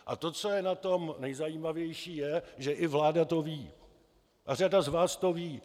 A to, co je na tom nejzajímavější, je, že i vláda to ví a řada z vás to ví.